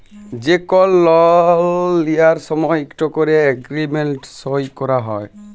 যে কল লল লিয়ার সময় ইকট ক্যরে এগ্রিমেল্ট সই ক্যরা হ্যয়